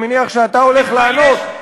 אני מניח שאתה הולך לענות.